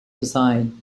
design